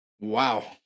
Wow